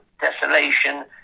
desolation